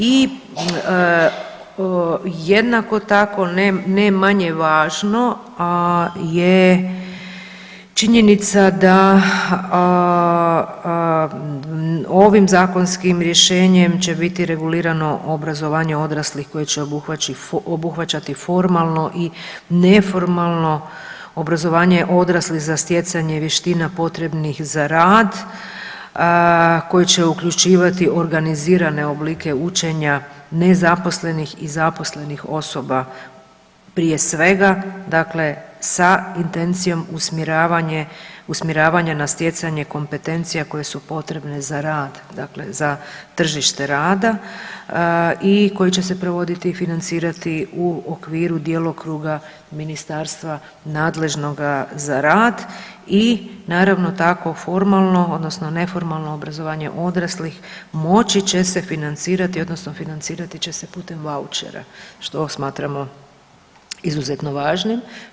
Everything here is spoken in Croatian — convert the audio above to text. I jednako tako ne manje važno, a je činjenica da ovim zakonskim rješenjem će biti regulirano obrazovanje odraslih koje će obuhvaćati formalno i neformalno obrazovanje odraslih za stjecanje vještina potrebnih za rad koji će uključivati organizirane oblike učenja nezaposlenih i zaposlenih osoba, prije svega dakle sa intencijom usmjeravanja na stjecanje kompetencija koje su potrebne za rad, dakle za tržište rada i koji će se provoditi i financirati u okviru djelokruga ministarstva nadležnoga za rad i naravno tako formalno odnosno neformalno obrazovanje odraslih moći će se financirati odnosno financirati će se putem vaučera, što smatramo izuzetno važnim.